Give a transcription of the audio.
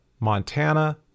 Montana